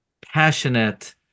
passionate